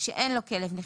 שאין לו כלב נחייה.